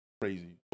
crazy